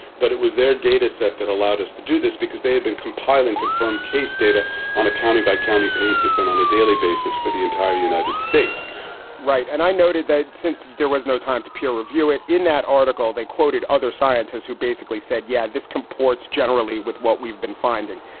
but it was their data set that allowed us to do this because they had been compiling confirmed case data on a county by county basis and on a daily basis for the entire united states right. and i noted that since there was no time to peer review it in that article, they quoted other scientists who basically said, yeah, this comports generally with what we've been finding.